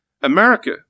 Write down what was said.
America